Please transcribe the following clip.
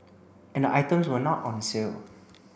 and the items were not on sale